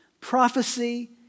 prophecy